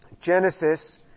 Genesis